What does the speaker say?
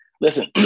Listen